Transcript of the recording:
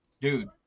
dude